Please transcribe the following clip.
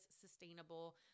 sustainable